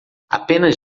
apenas